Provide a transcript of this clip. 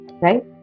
right